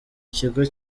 kigo